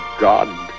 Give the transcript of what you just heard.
God